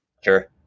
Sure